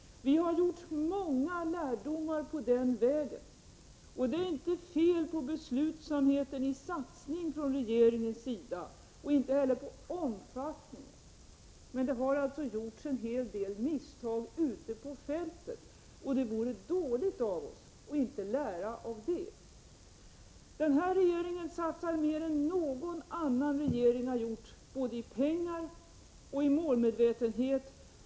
Vi har fått många lärdomar på den vägen. Det är inget fel på regeringens beslutsamhet när det gäller satsningar - inte heller på satsningarnas omfattning. Men det har gjorts en hel del misstag ute på fältet. Det vore dåligt av oss att inte lära av dem. Denna regering satsar mer än någon annan regering har gjort, både i pengar och när det gäller målmedvetenhet.